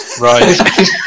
Right